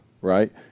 right